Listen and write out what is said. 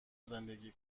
زندگی